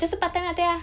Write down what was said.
就是 part time lah 对啊